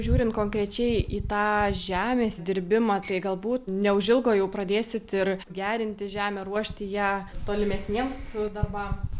žiūrint konkrečiai į tą žemės dirbimą tai galbūt neužilgo jau pradėsit ir gerinti žemę ruošti ją tolimesniems darbams